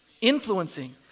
influencing